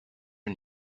are